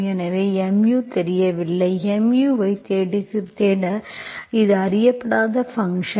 எனவே mu தெரியவில்லை mu ஐ தேடுகிறீர்கள் இது அறியப்படாத ஃபங்க்ஷன்